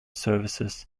services